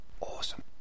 Awesome